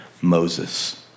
Moses